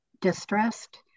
distressed